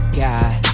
god